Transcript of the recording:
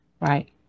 Right